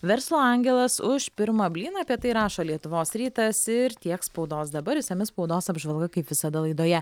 verslo angelas už pirmą blyną apie tai rašo lietuvos rytas ir tiek spaudos dabar išsami spaudos apžvalga kaip visada laidoje